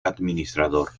administrador